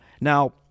Now